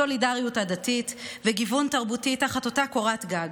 סולידריות עדתית וגיוון תרבותי תחת אותה קורת גג,